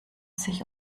sich